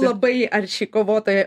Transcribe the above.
labai arši kovotoja